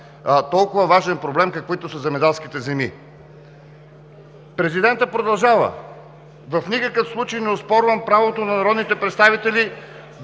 толкова важен проблем, какъвто са земеделските земи! Президентът продължава: „В никакъв случай не оспорвам правото на народните представители